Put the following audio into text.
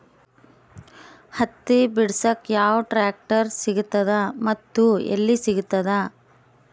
ಹತ್ತಿ ಬಿಡಸಕ್ ಯಾವ ಟ್ರಾಕ್ಟರ್ ಸಿಗತದ ಮತ್ತು ಎಲ್ಲಿ ಸಿಗತದ?